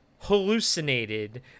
hallucinated